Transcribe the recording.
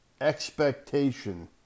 expectation